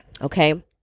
Okay